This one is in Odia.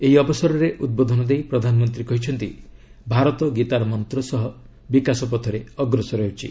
ଏହି ଅବସରରେ ଉଦ୍ବୋଧନ ଦେଇ ପ୍ରଧାନମନ୍ତ୍ରୀ କହିଛନ୍ତି ଭାରତ ଗୀତା ର ମନ୍ତ୍ର ସହ ବିକାଶ ପଥରେ ଅଗ୍ରସର ହେଉଛି